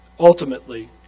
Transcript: Ultimately